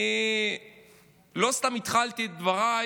אני לא סתם התחלתי את דבריי